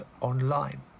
online